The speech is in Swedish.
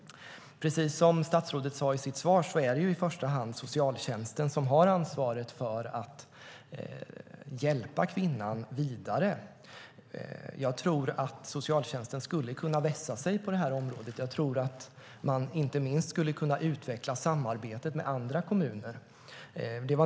Precis som statsrådet sade i sitt svar är det i första hand socialtjänsten som har ansvaret för att hjälpa kvinnan vidare. Jag tror att socialtjänsten skulle kunna vässa sig på detta område. Man skulle inte minst kunna utveckla samarbetet med andra kommuner.